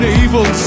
evil